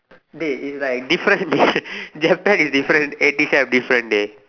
dey is like different dishes they have pack is different eighteen chef different dey